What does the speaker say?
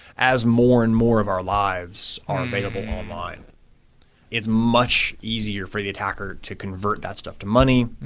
as more and more of our lives are available online it's much easier for the attacker to convert that stuff to money.